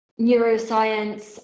neuroscience